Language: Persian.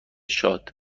شاد